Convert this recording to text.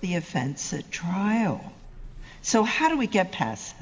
the offense a trial so how do we get past